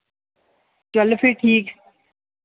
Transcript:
चल फिर ठीक